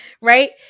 right